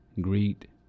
greet